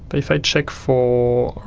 but if i check for.